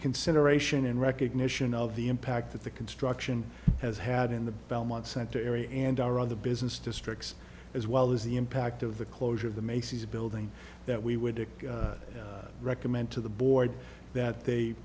consideration in recognition of the impact that the construction has had in the belmont center area and our other business districts as well as the impact of the closure of the macy's building that we would tick recommend to the board that they